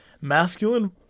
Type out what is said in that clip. masculine